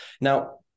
Now